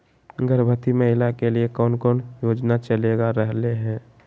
गर्भवती महिला के लिए कौन कौन योजना चलेगा रहले है?